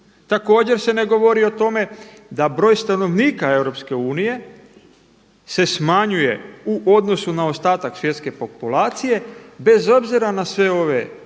Također se ne govori o tome da broj stanovnika Europske unije se smanjuje u odnosu na ostatak svjetske populacije bez obzira na sve ove izbjeglice,